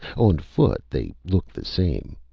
on foot, they looked the same.